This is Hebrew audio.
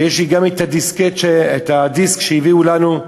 ויש לי גם את הדיסק שהביאו לנו,